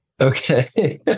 Okay